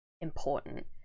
important